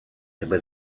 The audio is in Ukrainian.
тебе